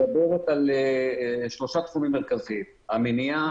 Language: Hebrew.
מדברת על שלושה תחומים מרכזיים: המניעה,